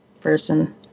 person